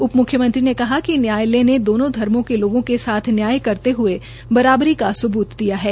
उप मुख्यमंत्री ने कहा कि न्यायालय ने दोनों धर्मो के लोगों के साथ न्याय करते ह्ये बराबरी का सुबूत दिया है